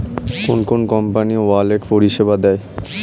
কোন কোন company wallet পরিষেবা দেয়?